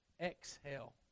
exhale